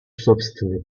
собственный